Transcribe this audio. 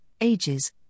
ages